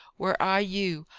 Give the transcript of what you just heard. were i you,